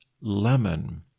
lemon